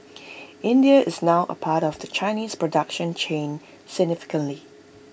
India is now A part of the Chinese production chain significantly